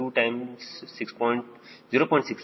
6710